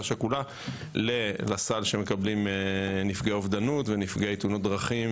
שכולה לסל שמקבלים נפגעי אובדנות ונפגעי תאונות דרכים